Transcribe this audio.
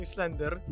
Slender